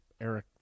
Eric